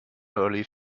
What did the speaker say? early